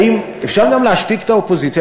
אפשר גם להשתיק את האופוזיציה,